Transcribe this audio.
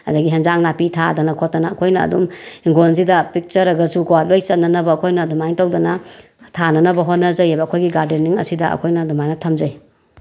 ꯑꯗꯒꯤ ꯑꯦꯟꯁꯥꯡ ꯅꯥꯄꯤ ꯊꯥꯗꯅ ꯈꯣꯠꯇꯅ ꯑꯩꯈꯣꯏꯅ ꯑꯗꯨꯝ ꯏꯪꯈꯣꯜꯁꯤꯗ ꯄꯤꯛꯆꯔꯒꯁꯨ ꯀꯣ ꯂꯣꯏꯅ ꯆꯟꯅꯅꯕ ꯑꯩꯈꯣꯏꯅ ꯑꯗꯨꯃꯥꯏꯅ ꯇꯧꯗꯅ ꯊꯥꯅꯅꯕ ꯍꯣꯠꯅꯖꯩꯕ ꯑꯩꯈꯣꯏꯒꯤ ꯒꯥꯔꯗꯦꯅꯤꯡ ꯑꯁꯤꯗ ꯑꯩꯈꯣꯏꯅ ꯑꯗꯨꯃꯥꯏꯅ ꯊꯝꯖꯩ